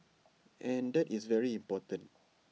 and that is very important